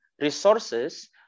resources